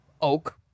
oak